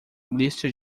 lista